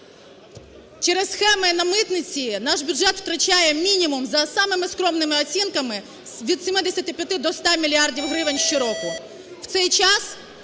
Через схеми на митниці наш бюджет втрачає мінімум, за самими скромними оцінками, від 75 до 100 мільярдів гривень щороку.